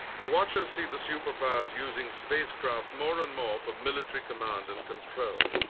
the watchers see the superpowers using spacecraft more and more for military command and control.